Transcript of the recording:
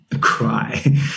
cry